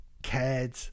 cared